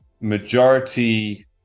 majority